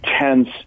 tense